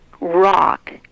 rock